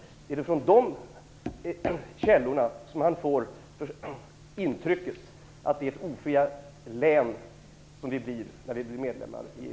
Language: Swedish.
Är det från dessa källor som han får intrycket att Sverige kommer att bli ett ofritt län i och med medlemskapet i EU?